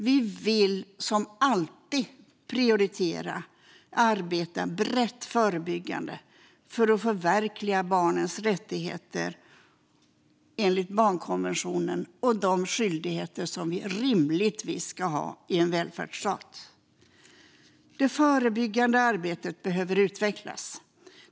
Vi vill som alltid prioritera att arbeta brett förebyggande för att förverkliga barnens rättigheter enligt barnkonventionen och de skyldigheter som vi rimligtvis ska ha i en välfärdsstat. Det förebyggande arbetet behöver utvecklas.